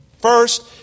First